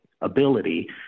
ability